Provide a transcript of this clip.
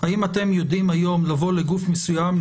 האם אתם יודעים היום לבוא לגוף מסוים,